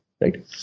right